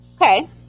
Okay